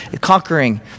conquering